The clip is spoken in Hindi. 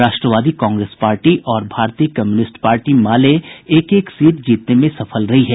राष्ट्रवादी कांग्रेस पार्टी और भारतीय कम्युनिस्ट पार्टी माले एक एक सीट जीतने में सफल रही है